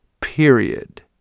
period